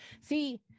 see